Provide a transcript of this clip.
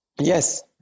yes